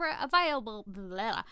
available